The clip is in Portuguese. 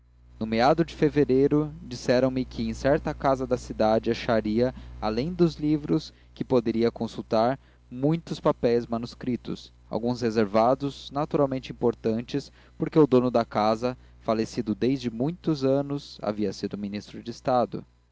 no meado de fevereiro disseram-me que em certa casa da cidade acharia além de livros que poderia consultar muitos papéis manuscritos alguns reservados naturalmente importantes porque o dono da casa falecido desde muitos anos havia sido ministro de estado